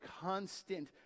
constant